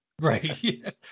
Right